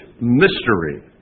mystery